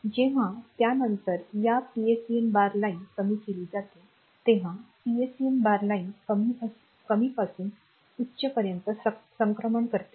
जेव्हा त्यानंतर या पीएसईएन बार लाइन कमी केली जाते तेव्हा पीएसईएन बार लाइन कमी पासून उच्च पर्यंत संक्रमण करते